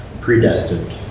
predestined